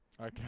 Okay